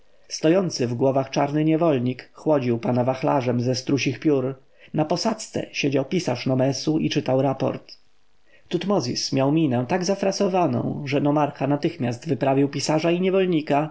stojący w głowach czarny niewolnik chłodził pana wachlarzem ze strusich piór na posadzce siedział pisarz nomesu i czytał raport tutmozis miał minę tak zafrasowaną że nomarcha natychmiast wyprawił pisarza i niewolnika